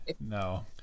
No